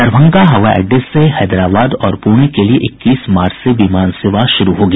दरभंगा हवाई अड्डे से हैदराबाद और पुणे के लिये इक्कीस मार्च से विमान सेवा शुरू होगी